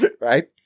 right